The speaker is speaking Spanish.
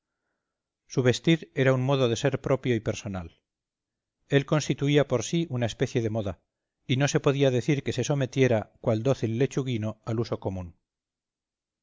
su vestir era un modo de ser propio y personal él constituía por sí una especie de moda y no se podía decir que se sometiera cual dócil lechuguino al uso común